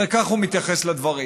הרי כך הוא מתייחס לדברים.